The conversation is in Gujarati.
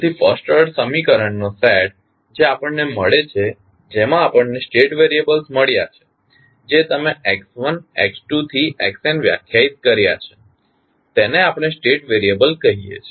તેથી ફર્સ્ટ ઓર્ડર સમીકરણનો સેટ જે આપણને મળે છે જેમા આપણને વેરીયબ્લ્સ મળ્યા છે જે તમે x1 x2 થી xn વ્યાખ્યાયિત કર્યા છે તેને આપણે સ્ટેટ વેરીયબલ કહીએ છીએ